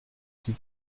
sie